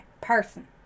person